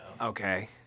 Okay